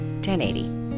1080